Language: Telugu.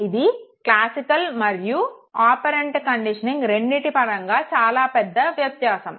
కాబట్టి ఇది క్లాసికల్ మరియు ఆపరెంట్ కండిషనింగ్ రెండిటి పరంగా చాలా పెద్ద వ్యత్యాసం